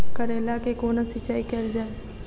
करैला केँ कोना सिचाई कैल जाइ?